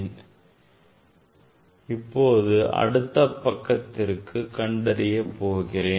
நான் இப்போது அடுத்த பக்கத்திற்கு கண்டறிய போகிறேன்